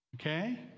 Okay